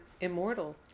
immortal